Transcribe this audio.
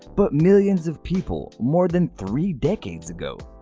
but millions of people more than three decades ago!